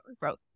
growth